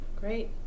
Great